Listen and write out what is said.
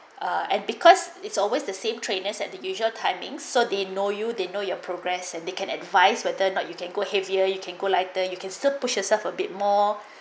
uh and because it's always the same trainers at the usual timing so they know you they know your progress and they can advice whether or not you can go heavier you can go lighter you can still push yourself a bit more